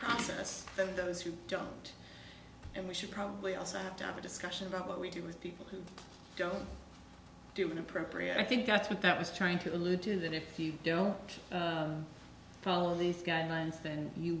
process of those who don't and we should probably also have to have a discussion about what we do with people who don't do inappropriate i think that's what that was trying to allude to that if you don't follow these guidelines then you